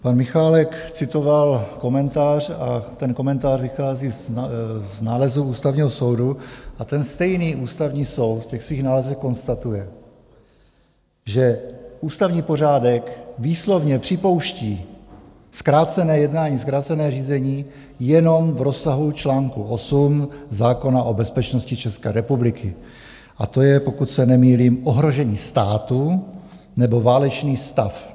Pan Michálek citoval komentář, ten komentář vychází z nálezu Ústavního soudu a ten stejný Ústavní soud v těch svých nálezech konstatuje, že ústavní pořádek výslovně připouští zkrácené jednání, zkrácené řízení jenom v rozsahu článku 8 zákona o bezpečnosti České republiky, a to je, pokud se nemýlím, ohrožení státu nebo válečný stav.